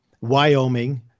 Wyoming –